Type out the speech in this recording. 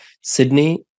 Sydney